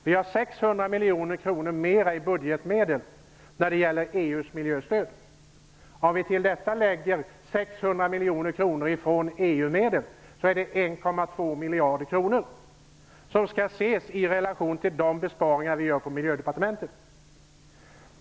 Vi har 600 miljoner kronor mer i budgetmedel när det gäller EU:s miljöstöd. Lägg till detta 600 miljoner kronor från EU-medel! Det är 1,2 miljarder kronor, som skall ses i relation till de besparingar vi gör på Miljödepartementets område.